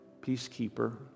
peacekeeper